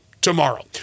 tomorrow